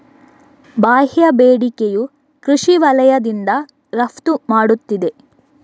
ಬಾಹ್ಯ ಬೇಡಿಕೆಯು ಕೃಷಿ ವಲಯದಿಂದ ರಫ್ತು ಮಾಡುತ್ತಿದೆ